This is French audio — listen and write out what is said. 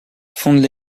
fondent